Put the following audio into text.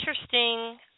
Interesting